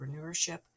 entrepreneurship